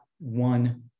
one